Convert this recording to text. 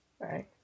Right